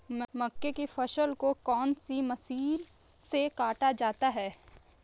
मक्के की फसल को कौन सी मशीन से काटा जाता है?